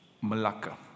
Malacca